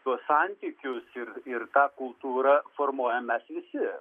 tuos santykius ir ir tą kultūrą formuojam mes visi